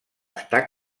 està